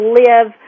live